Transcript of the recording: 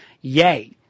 yay